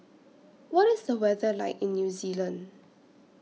What IS The weather like in New Zealand